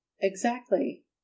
Exactly